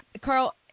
Carl